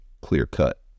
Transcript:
clear-cut